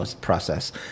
process